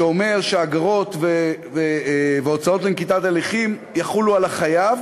שאומר שאגרות והוצאות לנקיטת הליכים יחולו על החייב